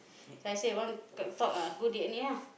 that's why I say one got talk ah go D_N_A ah